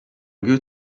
good